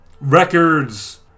records